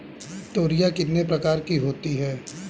तोरियां कितने प्रकार की होती हैं?